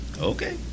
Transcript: Okay